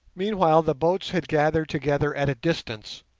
meanwhile the boats had gathered together at a distance,